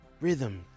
Rhythm